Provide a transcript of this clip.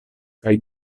kaj